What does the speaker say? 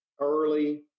early